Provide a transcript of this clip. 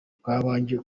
twabanje